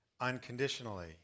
unconditionally